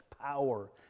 power